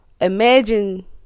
Imagine